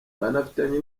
banafitanye